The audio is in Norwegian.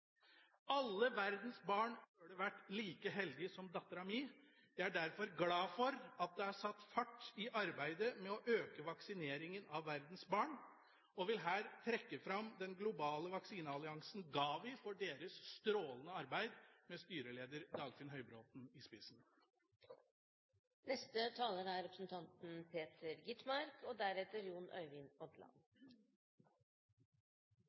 Alle verdens barn burde vært like heldige som datteren min. Jeg er derfor glad for at det er satt fart i arbeidet med å øke vaksineringen av verdens barn, og vil her trekke fram den globale vaksinealliansen, GAVI, for deres strålende arbeid med styreleder Dagfinn Høybråten i spissen. Jeg synes utenriksministerens redegjørelse er god hva angår både Europa og